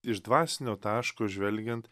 iš dvasinio taško žvelgiant